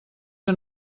que